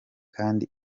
kandi